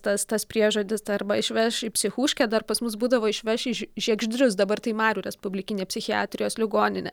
tas tas priežodis arba išveš į psichūškę dar pas mus būdavo išveš į žiegždrius dabar tai marių respublikinė psichiatrijos ligoninė